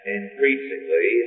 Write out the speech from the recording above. increasingly